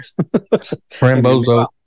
Rambozo